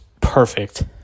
perfect